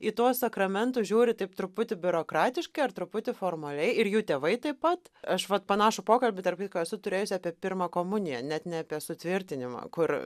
į tuos sakramentus žiūri taip truputį biurokratiškai ar truputį formaliai ir jų tėvai taip pat aš vat panašų pokalbį tarp kitko esu turėjusi apie pirmą komuniją net ne apie sutvirtinimą kur